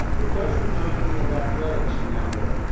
it does remind me of athletics in that way.